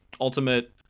Ultimate